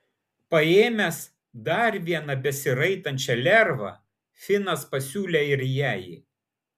paėmęs dar vieną besiraitančią lervą finas pasiūlė ir jai